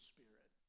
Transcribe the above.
Spirit